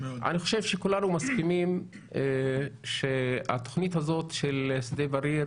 אני חושב שכולנו מסכימים שהתוכנית הזאת של שדה בריר